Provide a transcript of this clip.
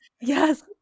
Yes